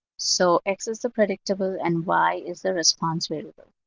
so x is the predictable, and y is the response variable.